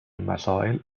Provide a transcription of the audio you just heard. مسائل